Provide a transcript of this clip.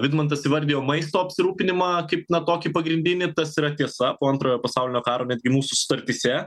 vidmantas įvardijo maisto apsirūpinimą kaip kokį pagrindinį tas yra tiesa po antrojo pasaulinio karo netgi mūsų sutartyse